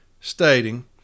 stating